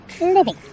Living